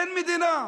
אין, אין מדינה.